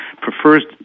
prefers